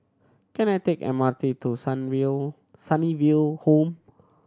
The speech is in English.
can I take M R T to Sunnyville Home